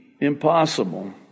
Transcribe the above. impossible